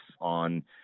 on